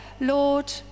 Lord